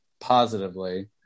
positively